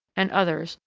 and others,